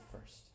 first